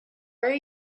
are